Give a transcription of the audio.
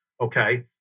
Okay